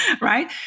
right